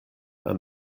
and